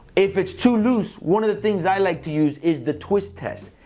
if it's too loose, one of the things i like to use is the twist test.